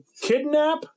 kidnap